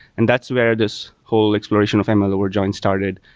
and that's where this whole exploration of and ml over joins started.